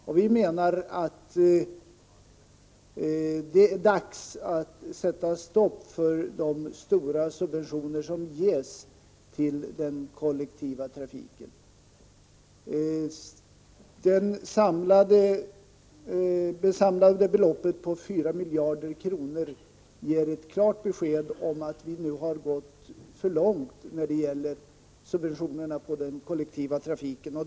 Vi menar att det är dags att sätta stopp för de stora subventioner som ges till den kollektiva trafiken. Det samlade beloppet på 4 miljarder kronor ger ett klart besked om att vi har gått för långt när det gäller subventionerna till den kollektiva trafiken.